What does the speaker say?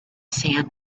sand